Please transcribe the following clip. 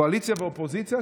קואליציה ואופוזיציה,